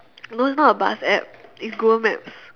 no it's not a bus app it's google maps